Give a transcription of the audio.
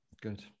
Good